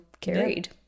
carried